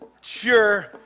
Sure